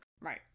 Right